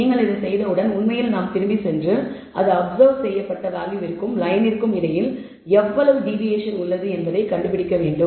நீங்கள் இதைச் செய்தவுடன் உண்மையில் நாம் திரும்பிச் சென்று அது அப்சர்வ் செய்யப்பட்ட வேல்யூவிற்க்கும் லயனிற்கும் இடையில் எவ்வளவு டிவியேஷன் உள்ளது என்பதைக் கண்டுபிடிப்போம்